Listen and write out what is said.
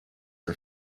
are